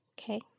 Okay